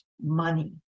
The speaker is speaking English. money